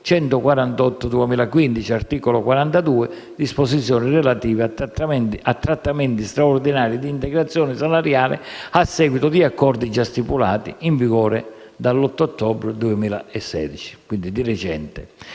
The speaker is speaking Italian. del 2015, recanti disposizioni relative a trattamenti straordinari di integrazione salariale a seguito di accordi già stipulati (in vigore dall'8 ottobre 2016 quindi di recente).